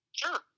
sure